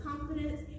confidence